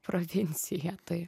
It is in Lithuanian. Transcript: provincija tai